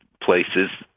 places